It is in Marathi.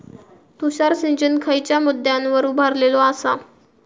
तुषार सिंचन खयच्या मुद्द्यांवर उभारलेलो आसा?